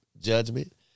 judgment